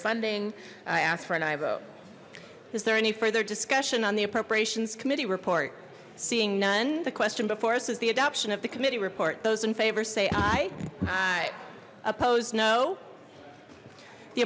funding i ask for an aye vote is there any further discussion on the appropriations committee report seeing none the question before us is the adoption of the committee report those in favor say aye opposed no the